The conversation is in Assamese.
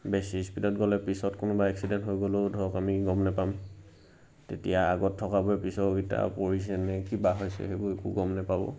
বেছি স্পীডত গ'লে পিছত কোনোবা এক্সিডেণ্ট হৈ গ'লেও ধৰক আমি গম নেপাম তেতিয়া আগত থকাবোৰে পিছৰকিটা পৰিছেনে কিবা হৈছে সেইবোৰ একো গম নেপাব